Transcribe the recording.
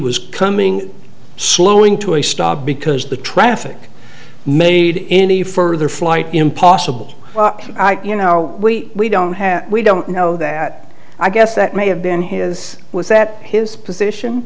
was coming slowing to a stop because the traffic made any further flight impossible you know we we don't have we don't know that i guess that may have been his was that his position